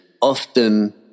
Often